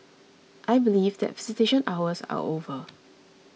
I believe that visitation hours are over